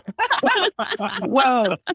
Whoa